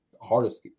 hardest